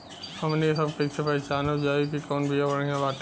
हमनी सभ कईसे पहचानब जाइब की कवन बिया बढ़ियां बाटे?